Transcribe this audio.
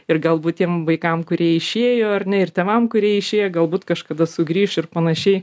ir galbūt tiem vaikam kurie išėjo ar ne ir tėvam kurie išėjo galbūt kažkada sugrįš ir panašiai